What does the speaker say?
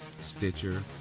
Stitcher